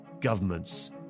Governments